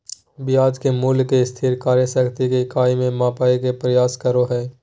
ब्याज के मूल्य के स्थिर क्रय शक्ति के इकाई में मापय के प्रयास करो हइ